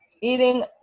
eating